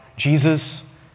Jesus